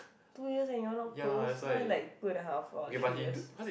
two years and you all not close why like two and a half or three years